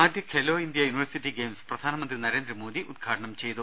ആദ്യ ഖേലോഇന്ത്യ university games പ്രധാനമന്ത്രി നരേ ന്ദ്രമോദി ഉദ്ഘാടനം ചെയ്തു